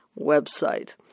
website